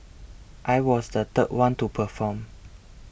I was the third one to perform